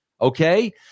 Okay